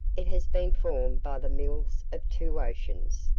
it has been formed by the mills of two oceans,